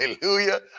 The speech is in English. hallelujah